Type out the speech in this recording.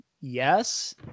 Yes